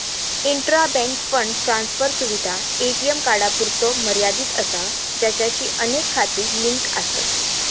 intra bank fund transfer सुविधा ATM कार्डांपुरतो मर्यादित असा ज्याचाशी अनेक खाती लिंक आसत